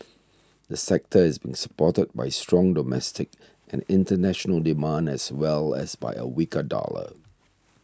the sector is being supported by strong domestic and international demand as well as by a weaker dollar